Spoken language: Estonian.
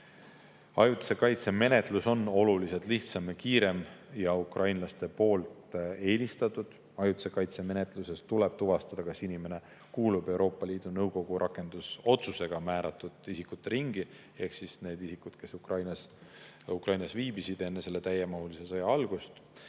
Ajutise kaitse menetlus on oluliselt lihtsam ja kiirem ning ukrainlaste seas eelistatud. Ajutise kaitse menetluses tuleb tuvastada, kas inimene kuulub Euroopa Liidu Nõukogu rakendusotsusega määratud isikute ringi – need on isikud, kes viibisid Ukrainas enne selle täiemahulise sõja algust